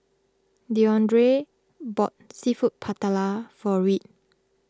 Deondre bought Seafood Paella for Reed